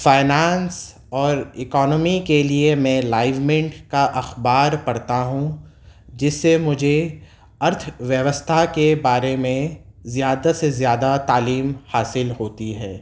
finance اور economy کے لیے میں لائیومنٹ کا اخبار پڑھتا ہوں جس سے مجھے ارتھ ویوستھا کے بارے میں زیادہ سے زیادہ تعلیم حاصل ہوتی ہے